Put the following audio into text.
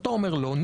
אתה אומר לא,